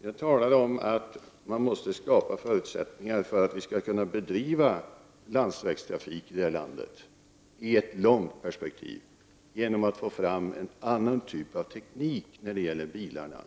Herr talman! Jag talade om att vi måste skapa förutsättningar genom att ta fram en annan typ av teknik när det gäller bilarna